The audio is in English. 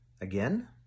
again